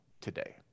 today